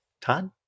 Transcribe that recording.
Todd